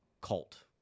cult